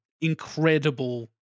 incredible